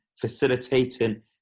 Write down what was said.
facilitating